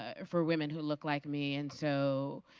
ah for woman who look like me. and so